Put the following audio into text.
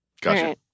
Gotcha